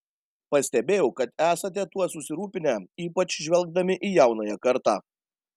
pastebėjau kad esate tuo susirūpinę ypač žvelgdami į jaunąją kartą